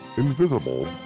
Invisible